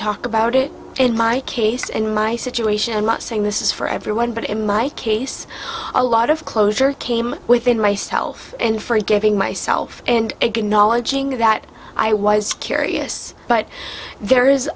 talk about it in my case and my situation and not saying this is for everyone but in my case a lot of closure came within myself and forgiving myself and a good knowledge of that i was curious but there is